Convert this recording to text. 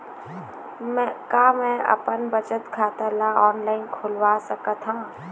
का मैं अपन बचत खाता ला ऑनलाइन खोलवा सकत ह?